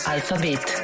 Alphabet